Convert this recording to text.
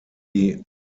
die